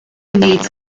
needs